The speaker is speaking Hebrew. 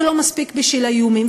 זה לא מספיק בשביל האיומים,